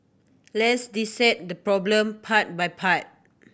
let's dissect the problem part by part